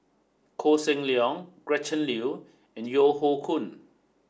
Koh Seng Leong Gretchen Liu and Yeo Hoe Koon